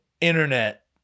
internet